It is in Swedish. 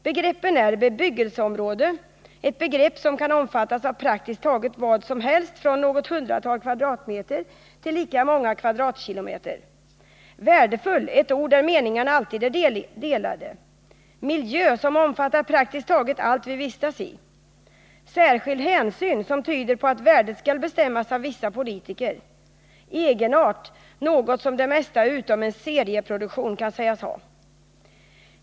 Begreppen är: ”Bebyggelseområde” — ett begrepp som kan omfattas av praktiskt taget vad som helst från något hundratal kvadratmeter till lika många kvadratkilometer. ”Värdefull” — ett ord om vilket meningarna alltid är delade. ”Miljö” — något som omfattar praktiskt taget allt vi vistas i. ”Särskild hänsyn” — ett uttryck som tyder på att värdet skall bestämmas av vissa politiker. ”Egenart” — något som det mesta utom en serieproduktion kan sägas ha.